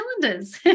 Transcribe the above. cylinders